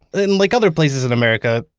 then, like other places in america,